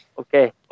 Okay